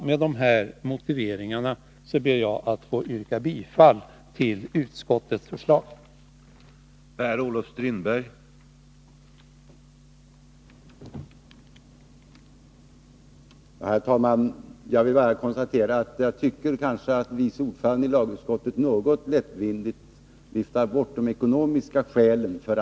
Med dessa motiveringar ber jag att få yrka bifall till utskottets hemställan.